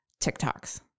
TikToks